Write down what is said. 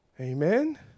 Amen